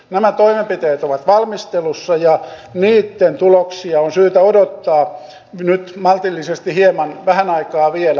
nämä toimenpiteet ovat valmistelussa ja niitten tuloksia on syytä odottaa nyt maltillisesti hieman vähän aikaa vielä